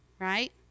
right